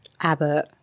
Abbott